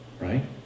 right